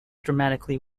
dramatically